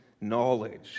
knowledge